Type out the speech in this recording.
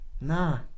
nah